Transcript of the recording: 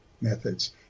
methods